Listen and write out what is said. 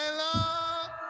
love